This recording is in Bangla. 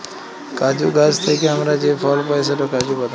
কাজু গাহাচ থ্যাইকে আমরা যে ফল পায় সেট কাজু বাদাম